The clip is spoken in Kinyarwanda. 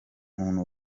umuntu